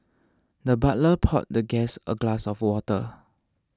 the butler poured the guest a glass of water